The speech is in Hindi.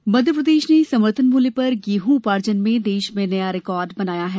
समर्थन गेंहॅ मध्यप्रदेश ने समर्थन मूल्य पर गेहूँ उपार्जन में देश में नया रिकार्ड बनाया है